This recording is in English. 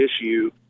issue